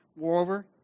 Moreover